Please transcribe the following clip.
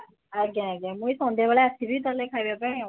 ଆଜ୍ଞା ଆଜ୍ଞା ମୁଁ ଏଇ ସନ୍ଧ୍ୟାବେଳେ ଆସିବି ତାହେଲେ ଖାଇବା ପାଇଁ ଆଉ